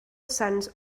sons